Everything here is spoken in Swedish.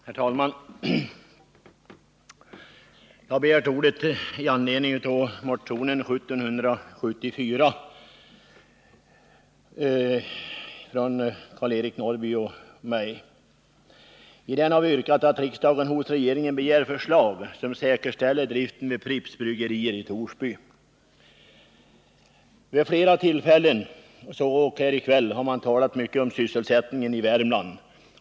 Herr talman! Jag har begärt ordet med anledning av motionen 1774 av Karl-Eric Norrby och mig. I den har vi yrkat att riksdagen hos regeringen begär förslag som säkerställer driften vid Pripps bryggerier i Torsby. Vid flera tillfällen, så ock här i kväll, har man talat mycket om sysselsättningsläget i Värmland.